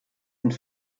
sind